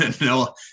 No